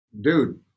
dude